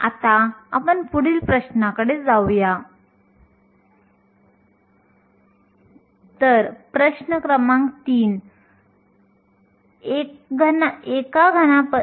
जर आपल्याला हे SI एककमध्ये रूपांतरित करायचे असेल तर आपण फक्त 104 ने भाग करा